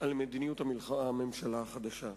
על מדיניות הממשלה החדשה.